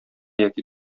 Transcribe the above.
яки